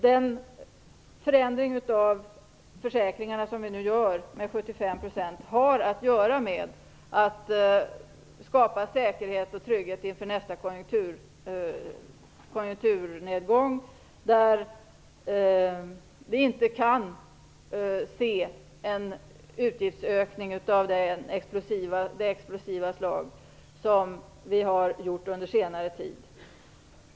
Den förändring av försäkringarna till 75-procentsnivån som vi nu gör har att göra med att vi vill skapa säkerhet och trygghet inför nästa konjunkturnedgång, då vi inte kan se en utgiftsökning av det explosiva slag som vi har sett under senare tid.